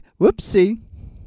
whoopsie